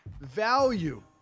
value